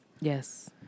Yes